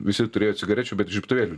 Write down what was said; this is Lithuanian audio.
visi turėjo cigarečių bet žiebtuvėlių